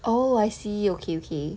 oh I see okay okay